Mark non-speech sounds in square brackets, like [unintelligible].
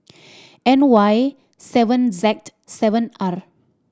N Y seven [unintelligible] seven R